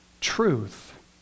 truth